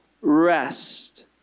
rest